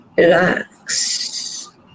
Relax